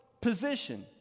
position